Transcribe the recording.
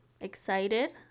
Excited